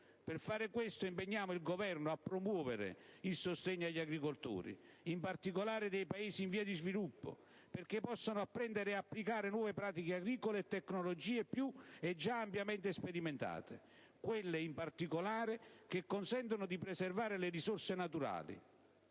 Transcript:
Per fare questo, impegniamo il Governo a promuovere il sostegno agli agricoltori, in particolare dei Paesi in via di sviluppo, perché possano apprendere e applicare nuove pratiche agricole e tecnologie già ampiamente sperimentate, quelle in particolare che consentono di preservare le risorse naturali.